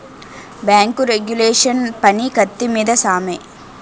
bank regulation పని కత్తి మీద సామే